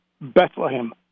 Bethlehem